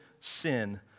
sin